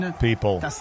people